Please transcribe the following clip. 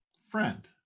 friend